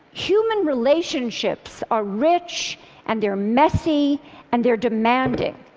human relationships are rich and they're messy and they're demanding.